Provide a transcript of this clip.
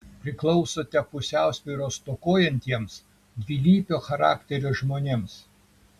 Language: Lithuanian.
priklausote pusiausvyros stokojantiems dvilypio charakterio žmonėms